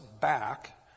back